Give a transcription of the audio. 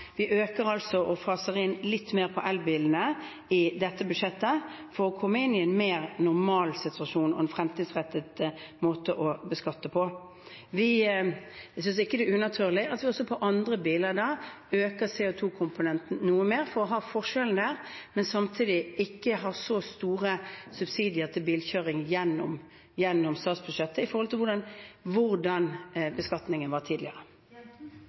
Vi øker altså og faser inn litt mer på elbilene i dette budsjettet for å komme inn i en mer normal situasjon og en fremtidsrettet måte å beskatte på. Jeg synes ikke det er unaturlig at vi også på andre biler øker CO 2 -komponenten noe mer for å ha forskjellen der, men samtidig ikke ha så store subsidier til bilkjøring gjennom statsbudsjettet i forhold til hvordan beskatningen var tidligere.